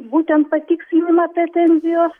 būtent patikslinimą pretenzijos